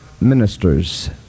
Ministers